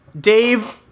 Dave